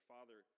Father